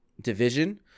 division